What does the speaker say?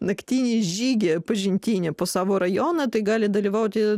naktinį žygį pažintinį po savo rajoną tai gali dalyvauti